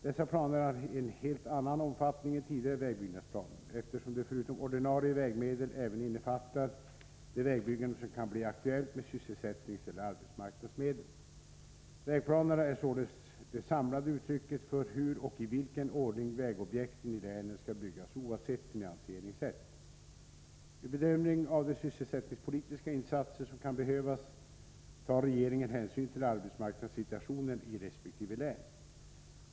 Dessa planer har en helt annan omfattning än tidigare vägbyggnadsplaner, eftersom de förutom ordinarie vägmedel även innefattar det vägbyggande som kan bli aktuellt med sysselsättningseller arbetsmarknadsmedel. Vägplanerna är således det samlade uttrycket för hur och i vilken ordning vägobjekten i länen skall byggas oavsett finansieringssätt. Vid bedömning av de sysselsättningspolitiska insatser som kan behövas tar regeringen hänsyn till arbetsmarknadssituationen i resp. län.